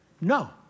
No